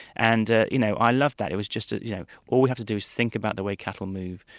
and ah you know, i love that, it was just ah you know all you have to do is think about the way cattle move,